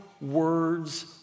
words